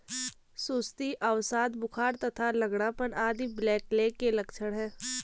सुस्ती, अवसाद, बुखार तथा लंगड़ापन आदि ब्लैकलेग के लक्षण हैं